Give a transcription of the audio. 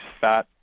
fat